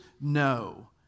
No